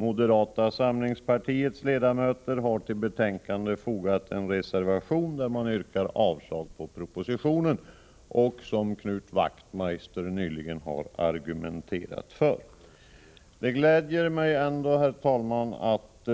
Moderata samlingspartiets ledamöter har till betänkandet fogat en reservation, där de yrkar avslag på propositionen och som Knut Wachtmeister nyligen har argumenterat för. Det gläder mig ändå, herr talman, att